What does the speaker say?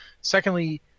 Secondly